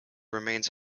remains